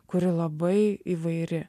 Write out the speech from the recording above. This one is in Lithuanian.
kuri labai įvairi